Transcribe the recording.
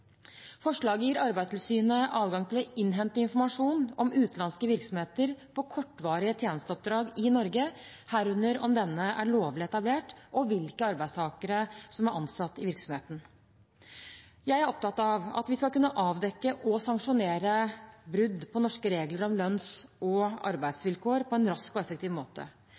Forslaget gir Arbeidstilsynet adgang til å innhente informasjon om utenlandske virksomheter på kortvarige tjenesteoppdrag i Norge, herunder om denne er lovlig etablert, og hvilke arbeidstakere som er ansatt i virksomheten. Jeg er opptatt av at vi skal kunne avdekke og sanksjonere brudd på norske regler om lønns- og arbeidsvilkår på en rask og effektiv måte.